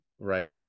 Right